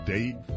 Dave